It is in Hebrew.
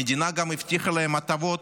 המדינה גם הבטיחה להם הטבות,